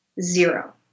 zero